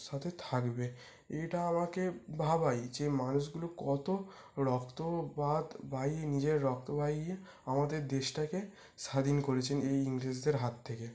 সাথে থাকবে এটা আমাকে ভাবায় যে মানুষগুলো কত রক্তপাত বাইয়ে নিজের রক্ত বাইয়ে আমাদের দেশটাকে স্বাধীন করেছেন এই ইংরেজদের হাত থেকে